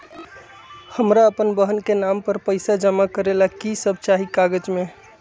हमरा अपन बहन के नाम पर पैसा जमा करे ला कि सब चाहि कागज मे?